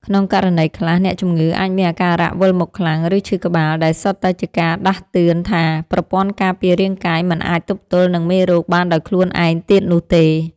ក្នុងករណីខ្លះ អ្នកជំងឺអាចមានអាការៈវិលមុខខ្លាំង ឬឈឺក្បាល ដែលសុទ្ធតែជាការដាស់តឿនថា ប្រព័ន្ធការពាររាងកាយមិនអាចទប់ទល់នឹងមេរោគបានដោយខ្លួនឯងទៀតនោះទេ។